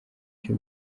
cyo